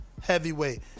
heavyweight